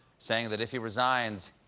saying that, if he resigns,